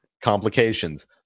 Complications